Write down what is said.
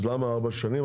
אז למה ארבע שנים?